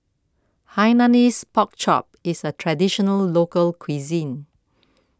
Hainanese Pork Chop is a Traditional Local Cuisine